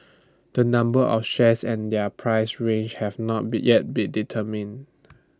the number of shares and their price range have not be yet been determined